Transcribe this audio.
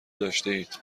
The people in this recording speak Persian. داشتهاید